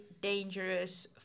dangerous